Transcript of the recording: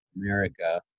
america